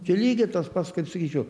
čia lygiai tas pats kaip sakyčiau